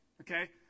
okay